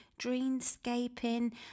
dreamscaping